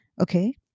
Okay